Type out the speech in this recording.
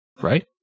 Right